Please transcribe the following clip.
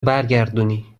برگردونی